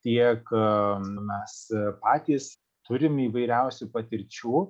tiek mes patys turim įvairiausių patirčių